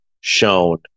shown